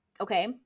Okay